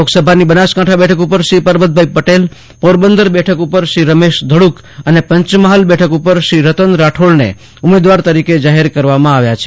લોકસભાની બનાસકાંઠા બેઠક ઉપર શ્રી પરબતભાઇ પટેલ પોરબંદર બેઠક ઉપર શ્રી રમેશ ધ્ડડક અને પંચમહાલ બેઠક ઉપરથી શ્રી રતન રાઠોડને ઉમેદવાર તરીકે જાહેર કરવામાં આવ્યા છે